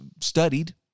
studied